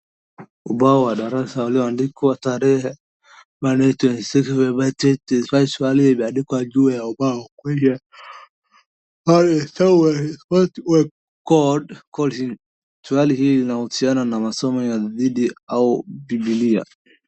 Ubao wa darasa ulioandikwa tarehe Monday twenty seventh February twenty twenty five swali imeandikwa juu ya ubao how did Samuel respond when God called him? , swali hii inahusiana na masomo ya dini au bibilia.